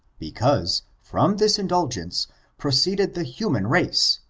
because, from this indulgence proceeded the human race,